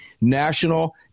National